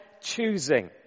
choosing